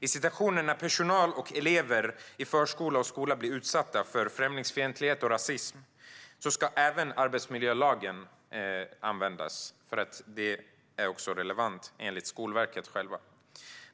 I situationer där personal och elever i förskola och skola blir utsatta för främlingsfientlighet och rasism ska även arbetsmiljölagen användas. Den är också relevant, enligt Skolverket självt.